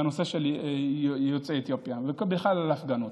בנושא של יוצאי אתיופיה, ובכלל על הפגנות.